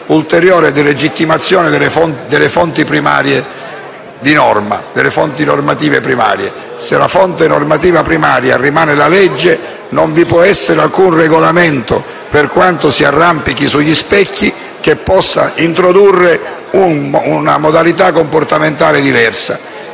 un'ulteriore delegittimazione delle fonti normative primarie. Se la fonte normativa primaria rimane la legge, non vi può essere alcun regolamento, per quanto ci si arrampichi sugli specchi, che possa introdurre una modalità comportamentale diversa.